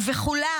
ובכולם,